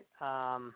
right